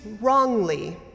wrongly